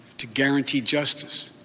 to guarantee justice,